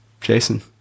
Jason